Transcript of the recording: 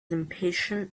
impatient